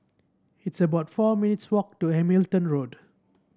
it's about four minutes' walk to Hamilton Road